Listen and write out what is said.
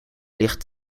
ligt